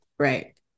Right